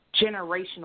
generational